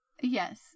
Yes